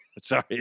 Sorry